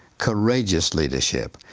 courageous leadership,